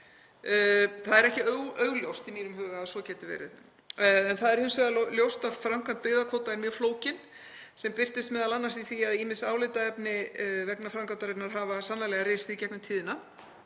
Það er ekki augljóst í mínum huga að svo geti verið. Það er hins vegar ljóst að framkvæmd byggðakvóta er mjög flókin sem birtist m.a. í því að ýmis álitaefni vegna framkvæmdarinnar hafa sannarlega risið í gegnum tíðina.